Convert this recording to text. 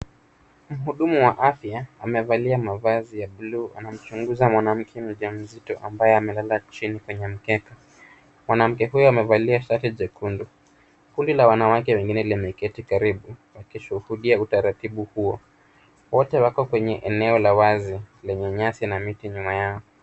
Mhudumu wa afya amevalia mavazi ya bluu anamchunguza mwanamke mjamzito ambaye amelala chini kwenye mkeka. Mwanamke huyu amevalia shati jekundu. Kundi la wanawake wengine limeketi karibu wakishuhudia utaratibu huo. Wote wako kwenye eneo la wazi lenye nyasi na miti nyuma yao.